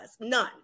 None